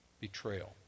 Betrayal